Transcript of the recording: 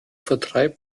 vertreibt